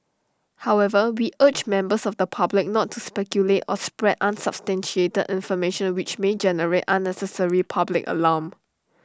however we urge members of the public not to speculate or spread unsubstantiated information which may generate unnecessary public alarm